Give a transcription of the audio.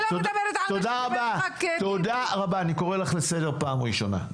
תודה רבה, אני קורא לך לסדר פעם ראשונה.